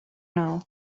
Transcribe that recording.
now